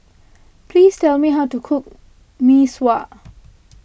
please tell me how to cook Mee Sua